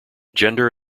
gender